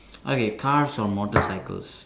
okay cars or motorcycles